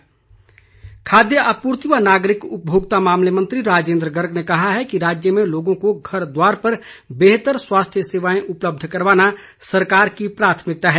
राजेन्द्र गर्ग खाद्य आपूर्ति व नागरिक उपभोक्ता मामले मंत्री राजेन्द्र गर्ग ने कहा है कि राज्य में लोगों को घर द्वार पर बेहतर स्वास्थ्य सेवाएं उपलब्ध करवाना सरकार की प्राथमिकता है